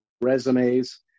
resumes